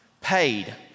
paid